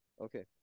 okay